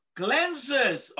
cleanses